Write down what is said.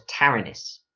Taranis